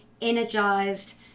energized